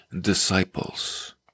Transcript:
disciples